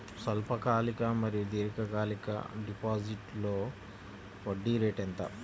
స్వల్పకాలిక మరియు దీర్ఘకాలిక డిపోజిట్స్లో వడ్డీ రేటు ఎంత?